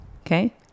Okay